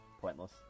pointless